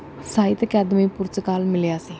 ਸਹਿਤ ਅਕੈਡਮੀ ਪੁਰਸਕਾਰ ਮਿਲਿਆ ਸੀ